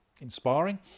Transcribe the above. inspiring